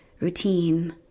routine